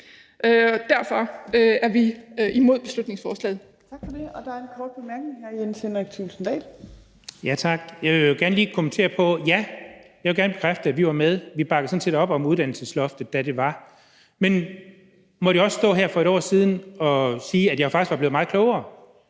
derfor er vi imod beslutningsforslaget.